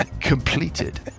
Completed